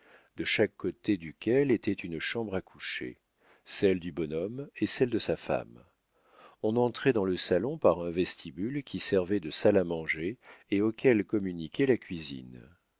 de chaque côté duquel était une chambre à coucher celle du bonhomme et celle de sa femme on entrait dans le salon par un vestibule qui servait de salle à manger et auquel communiquait la cuisine